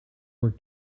were